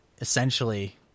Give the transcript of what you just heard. essentially